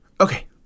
Okay